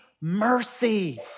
mercy